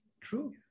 true